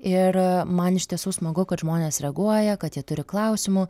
ir man iš tiesų smagu kad žmonės reaguoja kad jie turi klausimų